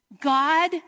God